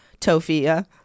Tofia